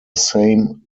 same